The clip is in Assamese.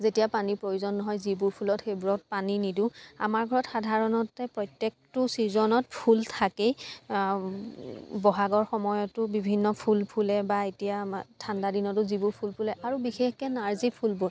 যেতিয়া পানী প্ৰয়োজন নহয় যিবোৰ ফুলত সেইবোৰত পানী নিদোঁ আমাৰ ঘৰত সাধাৰণতে প্ৰত্যেকটো চিজনত ফুল থাকেই বহাগৰ সময়তো বিভিন্ন ফুল ফুলে বা এতিয়া আমাৰ ঠাণ্ডা দিনতো যিবোৰ ফুল ফুলে আৰু বিশেষকৈ নাৰ্জী ফুলবোৰ